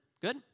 Good